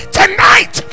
tonight